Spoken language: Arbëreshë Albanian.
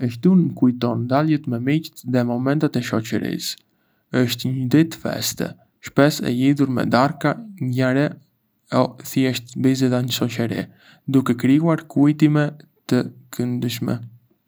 E shtunë më kujton daljet me miqtë dhe momentet e shoçërisë. Është një ditë feste, shpesh e lidhur me darka, ngjarje o thjesht biseda në shoçëri, duke krijuar kujtime të këndshme.